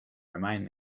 remind